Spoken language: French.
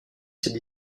cette